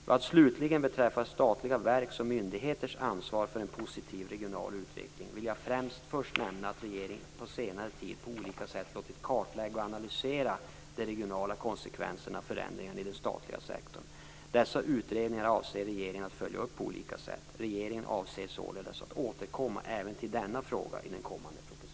Vad slutligen beträffar statliga verks och myndigheters ansvar för en positiv regional utveckling vill jag först nämna att regeringen på senare tid på olika sätt låtit kartlägga och analysera de regionala konsekvenserna av förändringar i den statliga sektorn. Dessa utredningar avser regeringen att följa upp på olika sätt. Regeringen avser således att återkomma även till denna fråga i den kommande propositionen.